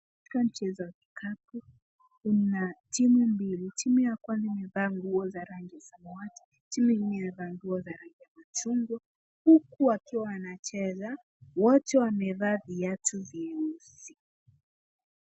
Katika mchezo wa kikapu, kuna timu mbili . Timu ya kwanza imevaa nguo za rangi samawati, timu nyingine imevaa nguo za rangi ya machungwa huku wakiwa wanacheza . Wote wamevaa viatu vyeusi.